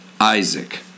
Isaac